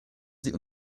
sie